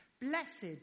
Blessed